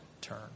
turn